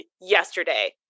yesterday